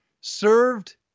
Served